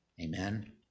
Amen